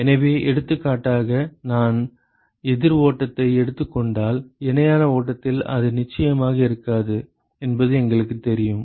எனவே எடுத்துக்காட்டாக நான் எதிர் ஓட்டத்தை எடுத்துக் கொண்டால் இணையான ஓட்டத்தில் அது நிச்சயமாக இருக்காது என்பது எங்களுக்குத் தெரியும்